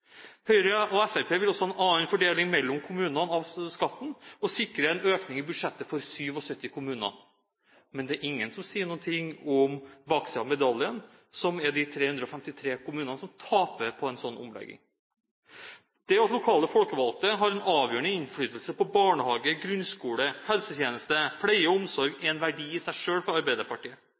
Høyre og Fremskrittspartiet vil også ha en annen fordeling av skatten mellom kommunene, som sikrer en økning i budsjettet for 77 kommuner. Men det er ingen som sier noe om baksiden av medaljen, som er de 353 kommunene som taper på en slik omlegging. At lokale folkevalgte har en avgjørende innflytelse på barnehage, grunnskole, helsetjeneste og pleie og omsorg, er en verdi i seg selv for Arbeiderpartiet.